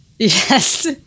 Yes